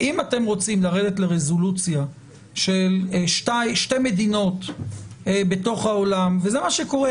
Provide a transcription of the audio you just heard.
אם אתם רוצים לרדת לרזולוציה של שתי מדינות בתוך העולם וזה מה שקורה.